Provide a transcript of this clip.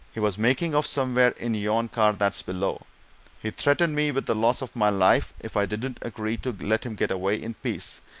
he was making off somewhere in yon car that's below he threatened me with the loss of my life if i didn't agree to let him get away in peace,